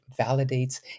validates